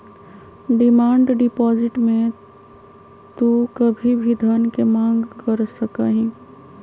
demand deposit में तू कभी भी धन के मांग कर सका हीं